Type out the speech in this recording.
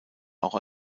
auch